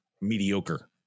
mediocre